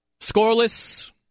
scoreless